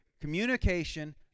communication